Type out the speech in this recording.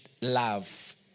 love